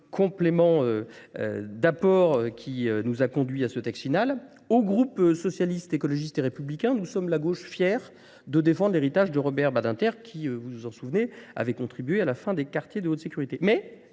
complément d'apport qui nous a conduits à ce texte final. Au groupe socialiste, écologiste et républicain, nous sommes la gauche fière de défendre l'héritage de Robert Badinter qui, vous vous en souvenez, avait contribué à la fin des quartiers de haute sécurité.